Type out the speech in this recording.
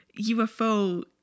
UFO